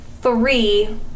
three